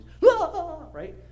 Right